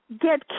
get